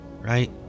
right